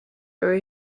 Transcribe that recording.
were